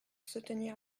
soutenir